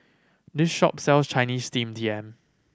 this shop sell Chinese Steamed Yam